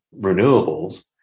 renewables